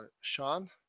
Sean